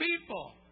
people